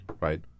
right